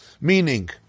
meaning